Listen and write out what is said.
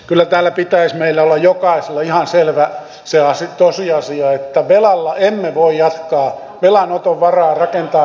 kyllä täällä pitäisi olla meille jokaiselle ihan selvä se tosiasia että velalla emme voi jatkaa velanoton varaan rakentaa tätä hyvinvointia